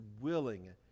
willing